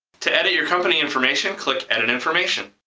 to edit your company information, click edit information.